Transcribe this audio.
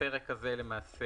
הפרק הזה מאושר.